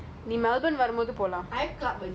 you still have to bring